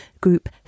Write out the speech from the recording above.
group